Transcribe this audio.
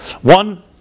One